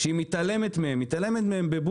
הממשלה מתעלמת מהם בבוז.